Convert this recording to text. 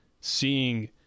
seeing